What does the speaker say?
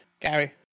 Gary